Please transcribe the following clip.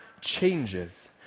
changes